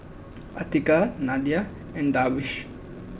Atiqah Nadia and Darwish